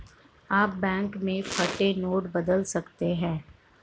आप बैंक में फटे नोट बदल सकते हैं